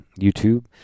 YouTube